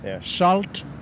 Salt